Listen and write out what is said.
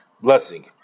blessing